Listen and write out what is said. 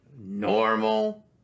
normal